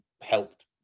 helped